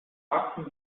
achten